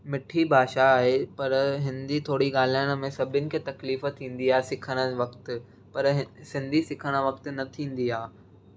मिठी भाषा आहे पर हिंदी थोरी ॻाल्हाइण में सभिनि खे तकलीफ़ु थींदी आहे सिखणु वक़्ति पर सिंधी सिखणु वक़्ति न थींदी आहे